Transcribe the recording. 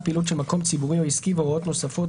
פעילות של מקום ציבורי או עסקי והוראות נוספות),